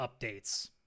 updates